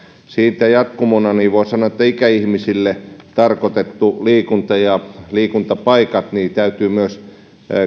siitä jatkumona voin sanoa että ikäihmisille tarkoitettu liikunta ja liikuntapaikat täytyy myös